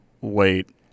wait